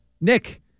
Nick